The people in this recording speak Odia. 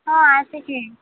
ହଁ ଆସିଛି